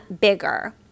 bigger